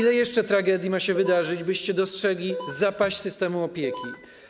Ile jeszcze tragedii ma się wydarzyć, byście dostrzegli zapaść systemu opieki?